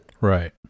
right